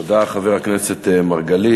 תודה, חבר הכנסת מרגלית.